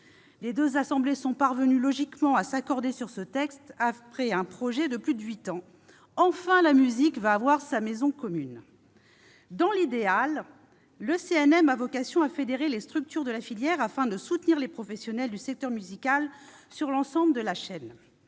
Les deux assemblées sont logiquement parvenues à s'accorder sur ce texte, qui est resté un projet pendant plus de huit ans. La musique va enfin avoir sa maison commune ! Dans l'idéal, le CNM a vocation à fédérer les structures de la filière afin de soutenir les professionnels du secteur musical sur l'ensemble de la chaîne